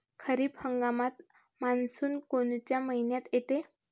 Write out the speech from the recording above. खरीप हंगामात मान्सून कोनच्या मइन्यात येते?